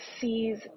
sees